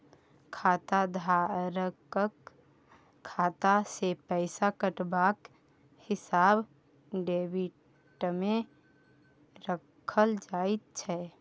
खाताधारकक खाता सँ पैसा कटबाक हिसाब डेबिटमे राखल जाइत छै